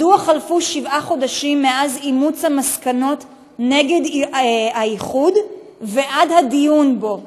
1. מדוע חלפו שבעה חודשים מאימוץ המסקנות נגד האיחוד ועד הדיון בו?